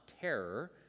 terror